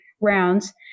rounds